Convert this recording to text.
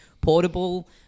Portable